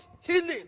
healing